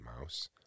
Mouse